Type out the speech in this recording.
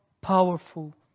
powerful